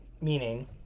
meaning